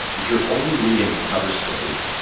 if you're only reading the cover stories,